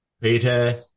Peter